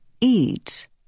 eat